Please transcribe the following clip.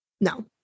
no